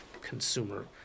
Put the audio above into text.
consumer